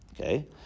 Okay